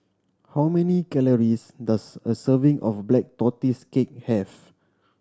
how many calories does a serving of Black Tortoise Cake have